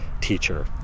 teacher